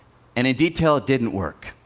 and, in detail, it didn't work.